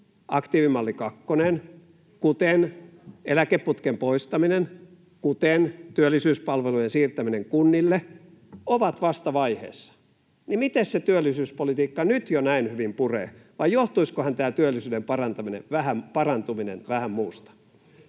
olekaan!] kuten eläkeputken poistaminen, kuten työllisyyspalvelujen siirtäminen kunnille, ovat vasta vaiheessa, niin miten se työllisyyspolitiikka nyt jo näin hyvin puree, vai johtuisikohan tämä työllisyyden parantuminen vähän muusta?